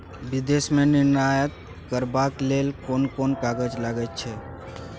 विदेश मे निर्यात करबाक लेल कोन कोन कागज लगैत छै